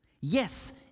yes